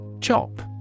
Chop